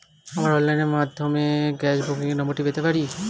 আমার অনলাইনের মাধ্যমে গ্যাস বুকিং এর নাম্বারটা কি পেতে পারি?